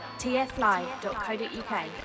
TFLive.co.uk